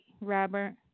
Robert